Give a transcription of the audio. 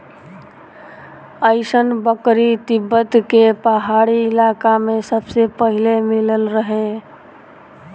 अइसन बकरी तिब्बत के पहाड़ी इलाका में सबसे पहिले मिलल रहे